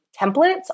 templates